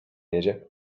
jedzie